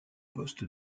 poste